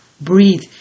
breathe